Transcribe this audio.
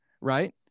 right